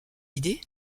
idée